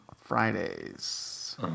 Fridays